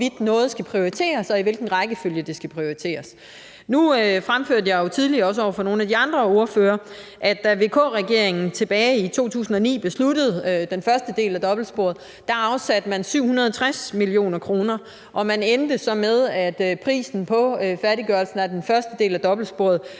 hvorvidt noget skal prioriteres, og i hvilken rækkefølge det skal prioriteres. Nu fremførte jeg jo tidligere over for nogle af de andre ordførere, at da VK-regeringen tilbage i 2009 besluttede den første del af dobbeltsporet, afsatte man 760 mio. kr., og man endte så med, at prisen på færdiggørelsen af den første del af dobbeltsporet